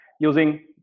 using